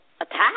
attack